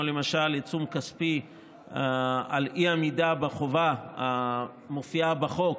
כמו למשל עיצום כספי על אי-עמידה בחובה המופיעה בחוק